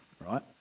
right